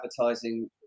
advertising